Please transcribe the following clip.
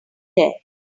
there